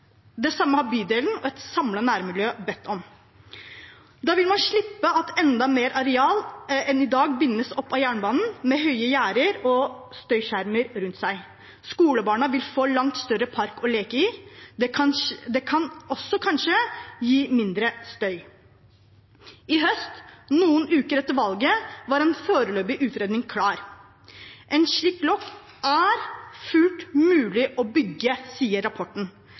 nærmiljø bedt om. Da vil man slippe at enda mer areal enn i dag bindes opp av jernbanen, med høye gjerder og støyskjermer rundt. Skolebarna vil få en langt større park å leke i. Det kan kanskje også gi mindre støy. I høst, noen uker etter valget, var en foreløpig utredning klar. Et slikt lokk er fullt mulig å bygge, sier rapporten,